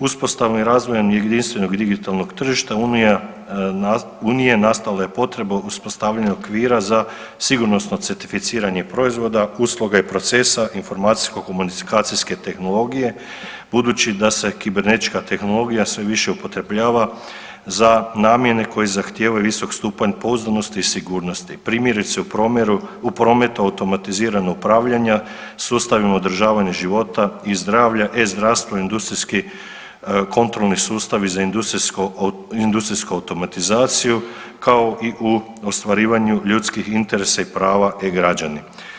Uspostavom i razvojem jedinstvenog digitalnog tržišta unija, unije nastala je potreba uspostavljanja okvira za sigurnosno certificiranje proizvoda, usluga i procesa informacijsko komunikacijske tehnologije budući da se kibernetička tehnologija sve više upotrebljava za namjene koje zahtijevaju visok stupanj pouzdanosti i sigurnosti, primjerice u promjeru, u prometu automatiziranog upravljanja, sustavima održavanja života i zdravlja, e-zdravstvo, industrijski kontrolni sustavi za industrijsko, industrijsku automatizaciju kao i u ostvarivanju ljudskih interesa i prava e-građani.